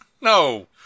No